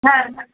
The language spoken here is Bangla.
হ্যাঁ হ্যাঁ